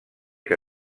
que